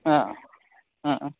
অঁ অঁ অঁ